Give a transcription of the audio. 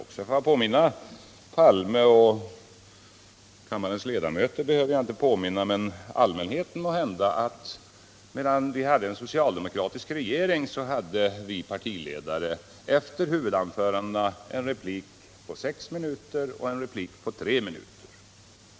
Låt mig påminna om — kammarens ledamöter behöver jag inte påminna men allmänheten måhända — att medan vi hade en socialdemokratisk regering så hade vi partiledare efter huvudanförandena en replik på 6 minuter och en på 3 minuter.